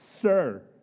Sir